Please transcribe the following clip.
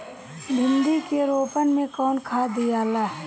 भिंदी के रोपन मे कौन खाद दियाला?